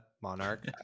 monarch